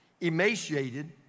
emaciated